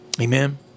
Amen